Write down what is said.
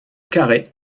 carrée